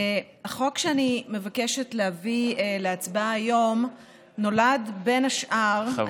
החוק שאני מבקשת להביא להצבעה היום נולד בין השאר,